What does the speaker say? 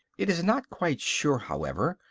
it is not quite sure, however,